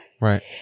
Right